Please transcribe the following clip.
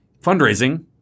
fundraising